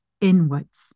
inwards